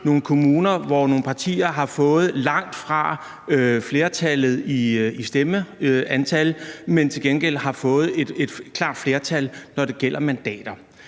på kommuner, hvor nogle partier har fået langtfra flertallet i stemmetal, men til gengæld har fået et klart flertal, når det gælder mandater.